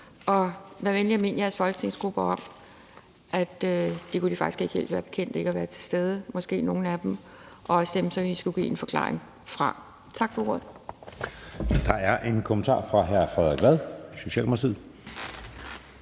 Og vær venlig at minde nogle i jeres folketingsgrupper om, at de faktisk ikke helt kunne være bekendt at lade være med at være til stede – og også dem, som I skulle give en forklaring fra. Tak for ordet.